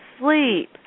sleep